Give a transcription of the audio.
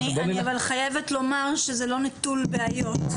אני חייבת לומר שזה לא נטול בעיות.